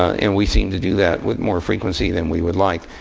and we seem to do that with more frequency than we would like.